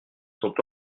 sont